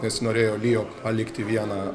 nesinorėjo lijo palikti vieną